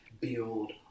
build